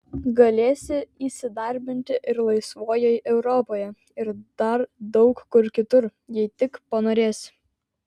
galėsi įsidarbinti ir laisvojoj europoje ir dar daug kur kitur jei tik panorėsi